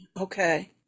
Okay